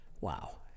wow